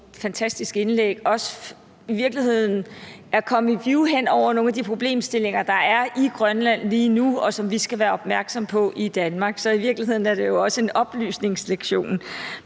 fantastisk indlæg og for i virkeligheden at give et view over nogle af de problemstillinger, der er i Grønland lige nu, og som vi skal være opmærksomme på i Danmark. Så i virkeligheden er det også en oplysende lektion.